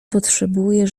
potrzebuje